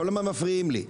כל הזמן מפריעים לי.